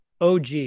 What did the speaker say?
OG